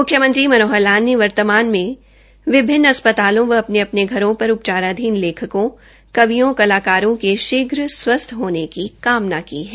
मुख्यमंत्री श्री मनोहर लाल ने वर्तमान में विभिन्न अस्पतालों व अपने अपने घरों पर उपचाराधीन लेखकों कवियों कलाकारों के शीघ्र स्वस्थ होने की कामना भी की है